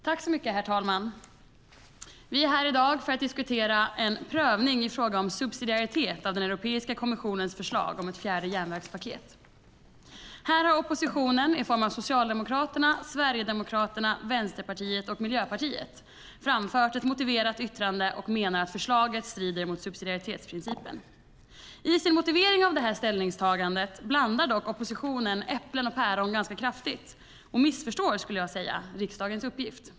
Herr talman! Vi är här i dag för att diskutera en prövning i fråga om subsidiaritet av Europeiska kommissionens förslag om ett fjärde järnvägspaket. Här har oppositionen i form av Socialdemokraterna, Sverigedemokraterna, Vänsterpartiet och Miljöpartiet framfört ett motiverat yttrande och menar att förslaget strider mot subsidiaritetsprincipen. I sin motivering av detta ställningstagande blandar dock oppositionen äpplen och päron kraftigt och missförstår riksdagens uppgift.